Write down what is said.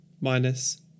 minus